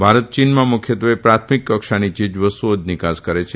ભારત ચીનમાં મુખ્યત્વે પ્રાથમિક કક્ષાની ચીજવસ્તુઓ જ નિકાસ કરે છે